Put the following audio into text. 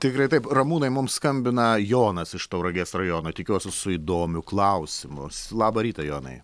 tikrai taip ramūnai mums skambina jonas iš tauragės rajono tikiuosi su įdomiu klausimus labą rytą jonai